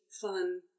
fun